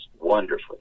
wonderfully